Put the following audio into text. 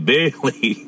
Bailey